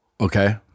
Okay